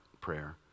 prayer